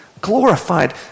glorified